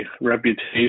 reputation